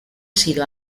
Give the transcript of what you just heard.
sido